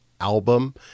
album